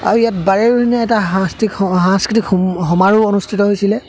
আৰু ইয়াত বাৰেৰহণীয়া এটা সাংস্কৃতিক সাংস্কৃতিক সম সমাৰোহ অনুষ্ঠিত হৈছিলে